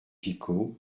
picaud